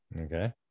Okay